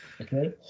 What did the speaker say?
Okay